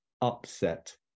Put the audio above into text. upset